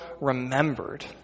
remembered